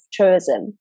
tourism